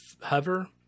hover